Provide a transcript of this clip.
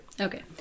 Okay